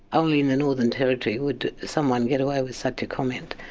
only in the northern territory would someone get away with such a comment.